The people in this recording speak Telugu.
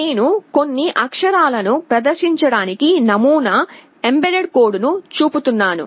నేను కొన్ని అక్షరాలను ప్రదర్శించడానికి నమూనా mbed కోడ్ను చూపుతున్నాను